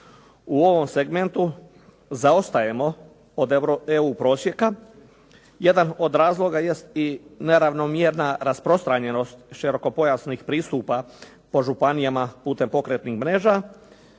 U ovom segmentu zaostajemo od EU prosjeka. Jedan od razloga jest i neravnomjerna rasprostranjenost širokopojasnih pristupa po županijama putem pokretnih mreža